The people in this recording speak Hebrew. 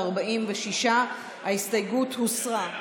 46. ההסתייגות הוסרה.